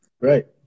Right